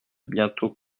bientôt